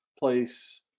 place